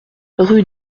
rue